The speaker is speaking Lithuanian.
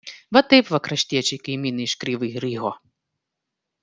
va taip va kraštiečiai kaimynai iš kryvyj riho